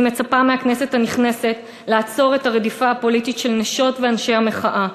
אני מצפה מהכנסת הנכנסת לעצור את הרדיפה הפוליטית של נשות ואנשי המחאה,